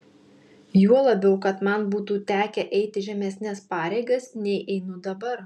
juo labiau kad man būtų tekę eiti žemesnes pareigas nei einu dabar